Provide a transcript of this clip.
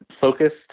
focused